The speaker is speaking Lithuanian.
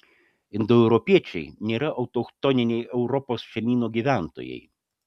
indoeuropiečiai nėra autochtoniniai europos žemyno gyventojai